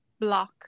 block